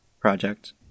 project